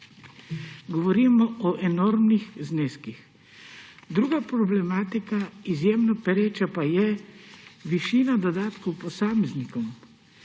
Govorim o enormnih zneskih. Druga problematika, izjemno pereča, pa je višina dodatkov posameznikom.